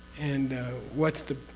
and what's the.